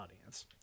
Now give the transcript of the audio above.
audience